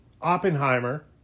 Oppenheimer